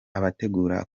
abategura